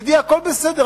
מצדי הכול בסדר,